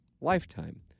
lifetime